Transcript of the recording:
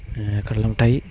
കടല മിഠായി